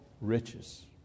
riches